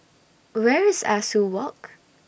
Where IS Ah Soo Walk